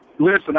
Listen